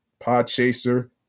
Podchaser